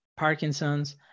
Parkinson's